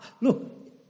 Look